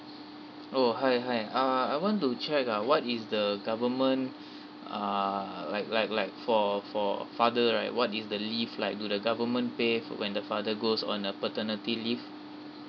oh hi hi uh I want to check ah what is the government uh like like like for for a father right what is the leave like do the government pay for when the father goes on a paternity leave